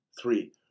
three